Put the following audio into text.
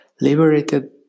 liberated